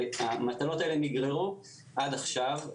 והמטלות האלה נגררו עד עכשיו.